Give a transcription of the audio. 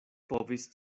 povis